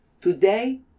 Today